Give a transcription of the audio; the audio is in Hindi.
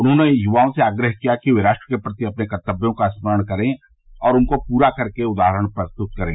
उन्होंने य्वाओं से आग्रह किया कि वे राष्ट्र के प्रति अपने कर्तव्यों का स्मरण करें और उनको पूरा करके उदाहरण प्रस्तुत करें